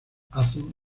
hacen